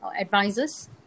advisors